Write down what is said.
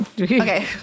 Okay